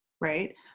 right